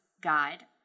guide